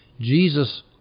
Jesus